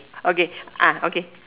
okay ah okay